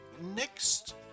next